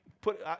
put